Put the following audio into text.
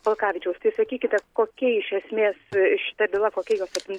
valkavičiaus tai sakykite kokia iš esmės šita byla kokia jos apim